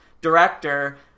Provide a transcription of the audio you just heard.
director